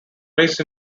raised